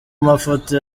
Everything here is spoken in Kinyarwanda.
mafoto